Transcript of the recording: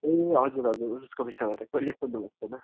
ए हजुर हजुर उसको विषयमा त कहिल्यै सोध्नु भएको थिएन